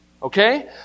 Okay